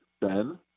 Ben